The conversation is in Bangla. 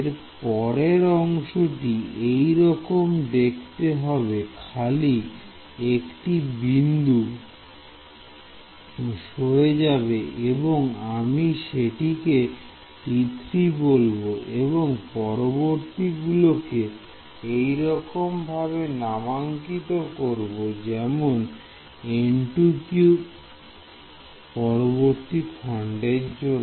এরপরের অংশটিও একই রকম দেখতে হবে খালি একটি বিন্দু সরে যাবে এবং আমি সেটিকে T3 বলবো এবং পরবর্তীগুলোকে একই রকম ভাবে নামাঙ্কিত করব যেমন পরবর্তী খন্ডের জন্য